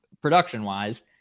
production-wise